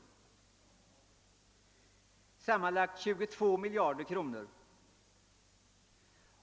Totalt blir detta 22 miljarder kronor.